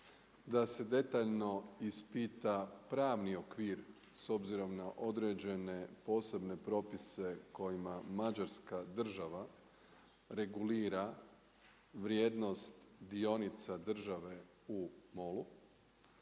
da se detaljno ispita pravni okvir s obzirom na određene posebne propise kojima Mađarska država regulira vrijednost dionica države u MOL-u,